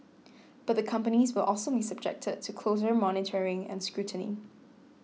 but the companies will also be subjected to closer monitoring and scrutiny